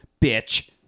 bitch